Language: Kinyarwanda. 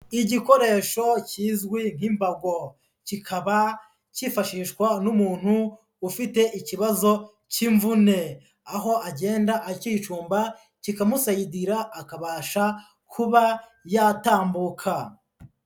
Igikoresho kizwi nk'imbago, kikaba cyifashishwa n'umuntu ufite ikibazo cy'imvune, aho agenda akicumba kikamusayidira, akabasha kuba yatambuka.